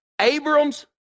Abram's